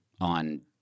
on